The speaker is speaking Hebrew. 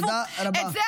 תודה רבה.